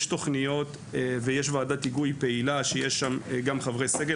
יש תוכניות ויש ועדת היגוי פעילה שיש שם גם חברי סגל